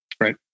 Right